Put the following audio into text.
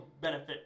benefit